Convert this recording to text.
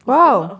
!wow!